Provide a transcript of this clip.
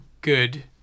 good